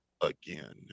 again